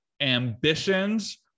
ambitions